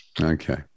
Okay